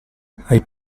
hai